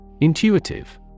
Intuitive